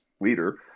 leader